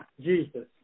Jesus